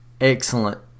excellent